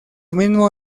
mismo